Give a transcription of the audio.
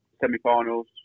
semi-finals